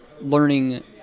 learning